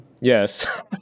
Yes